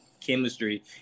chemistry